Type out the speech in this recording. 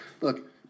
look